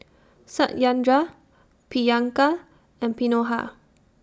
Satyendra Priyanka and